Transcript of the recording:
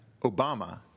Obama